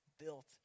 built